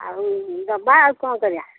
ଆଉ ଦେବା ଆଉ କ'ଣ କରିବା